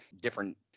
different